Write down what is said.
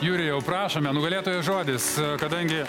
jurijau prašome nugalėtojo žodis kadangi